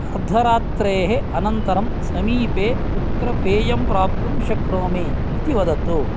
अर्धरात्रेः अनन्तरं समीपे कुत्र पेयं प्राप्तुं शक्नोमि इति वदतु